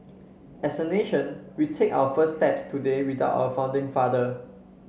as a nation we take our first steps today without our founding father